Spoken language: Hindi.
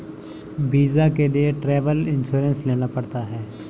वीजा के लिए ट्रैवल इंश्योरेंस लेना पड़ता है